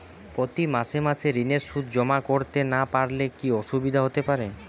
প্রতি মাসে মাসে ঋণের সুদ জমা করতে না পারলে কি অসুবিধা হতে পারে?